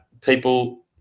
people